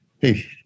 hey